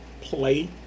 Play